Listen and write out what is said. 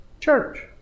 Church